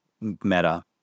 Meta